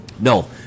No